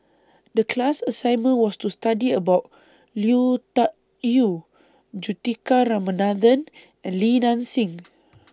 The class assignment was to study about Liu Tuck Yew Juthika Ramanathan and Li Nanxing